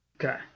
Okay